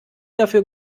dafür